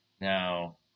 Now